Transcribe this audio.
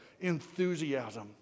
Enthusiasm